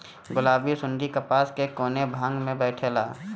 गुलाबी सुंडी कपास के कौने भाग में बैठे ला?